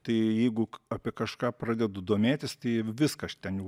tai jeigu apie kažką pradedu domėtis tai viską aš ten jau